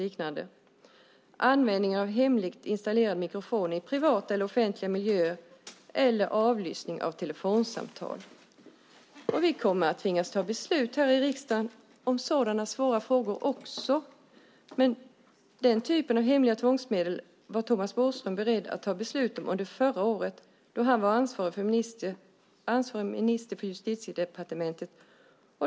Vidare innebär buggning användning av hemligt installerade mikrofoner i privata eller offentliga miljöer eller avlyssning av telefonsamtal. Vi kommer i riksdagen att tvingas fatta beslut också i sådana svåra frågor. Den typen av hemliga tvångsmedel var Thomas Bodström beredd att fatta beslut om förra året då han var ansvarig minister för Justitiedepartementet.